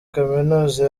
kaminuza